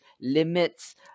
limits